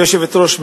גברתי היושבת-ראש,